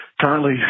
currently